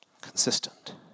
Consistent